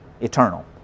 eternal